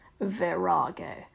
Virago